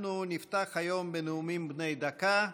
אנחנו נפתח היום בנאומים בני דקה.